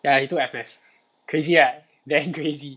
ya he took F math crazy right damn crazy